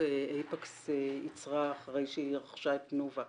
אייפקס ייצרה אחרי שהיא רכשה את תנובה.